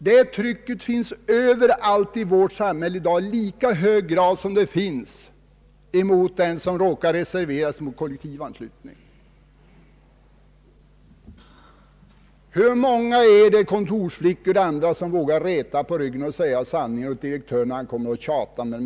Det trycket finns överallt i vårt samhälle i dag i lika hög grad som det finns mot den som råkar reservera sig mot kollektivanslutningen. Hur många kontorsflickor och andra vågar räta på ryggen och säga sanningen åt direktören när han kommer och tjatar?